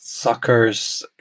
suckers